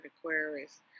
Aquarius